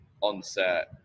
onset